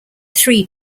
three